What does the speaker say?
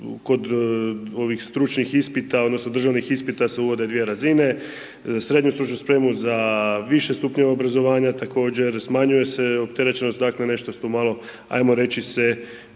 kod ovih stručnih ispita, odnosno državnih ispita se uvode dvije razine, srednju stručnu spremu za više stupnjeve obrazovanja također smanjuje se opterećenost dakle nešto smo malo ajmo reći se